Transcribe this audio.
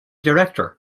director